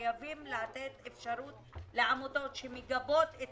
וחייבים לתת אפשרות לעמותות שמגבות את